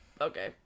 Okay